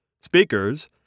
Speakers